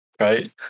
right